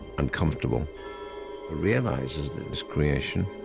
uncomfortable realising that his creation.